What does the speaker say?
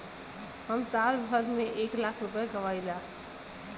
हम साल भर में एक लाख रूपया कमाई ला